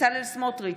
בצלאל סמוטריץ'